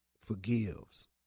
forgives